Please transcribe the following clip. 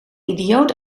idioot